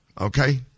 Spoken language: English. Okay